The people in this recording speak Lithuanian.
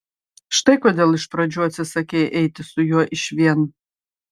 štai kodėl iš pradžių atsisakei eiti su juo išvien